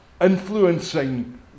influencing